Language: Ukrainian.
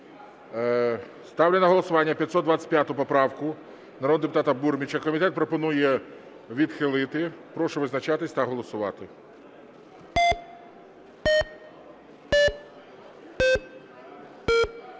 Ставлю на голосування 525 поправку народного депутата Бурміча. Комітет пропонує відхилити. Прошу визначатися та голосувати.